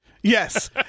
Yes